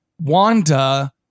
Wanda